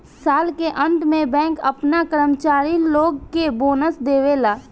साल के अंत में बैंक आपना कर्मचारी लोग के बोनस देवेला